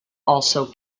also